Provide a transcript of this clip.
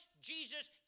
Jesus